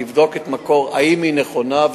אני אבדוק אם היא נכונה,